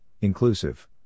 inclusive